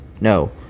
no